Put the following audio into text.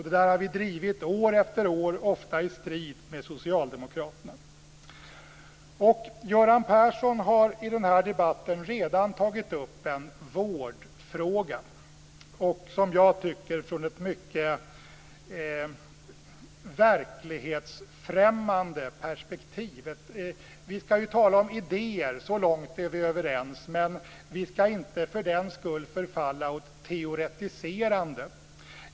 Det här har vi drivit år efter år, ofta i strid med Socialdemokraterna. Göran Persson har i den här debatten redan tagit upp en vårdfråga från ett, tycker jag, mycket verklighetsfrämmande perspektiv. Vi ska ju tala om idéer. Så långt är vi överens. Men vi ska för den skull inte förfalla åt teoretiserande.